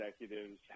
executives